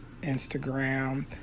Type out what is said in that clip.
instagram